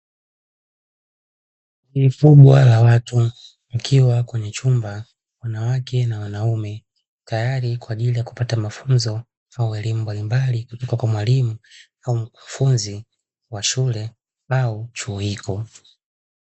Kundi kubwa la watu wakiwa kwenye chumba (wanawake na wanaume), tayari kwa ajili ya kupata mafunzo au elimu mbalimbali, kutoka kwa mwalimu au mkufunzi wa shule au chuo hiko.